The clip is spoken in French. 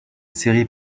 série